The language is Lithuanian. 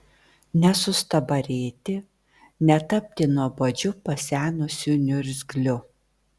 nesustabarėti netapti nuobodžiu pasenusiu niurzgliu